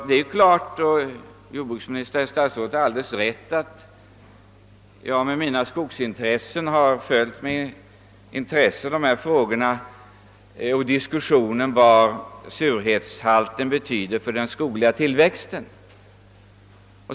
Det är klart — det har statsrådet alldeles rätt i — att jag med mina skogsintressen med uppmärksamhet har följt dessa frågor och diskussionen om vad surhetsgraden betyder för den skogliga tillväxten.